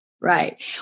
Right